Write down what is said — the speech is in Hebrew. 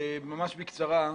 ממש בקצרה.